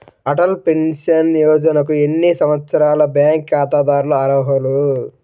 Atal pension యోజనకు ఎన్ని సంవత్సరాల బ్యాంక్ ఖాతాదారులు అర్హులు?